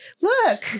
look